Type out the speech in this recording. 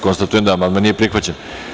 Konstatujem da amandman nije prihvaćen.